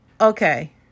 Okay